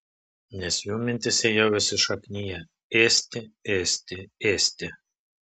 nes jų mintyse jau įsišakniję ėsti ėsti ėsti